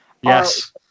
Yes